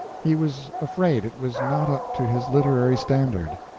he was afraid it was not up to his literary standard.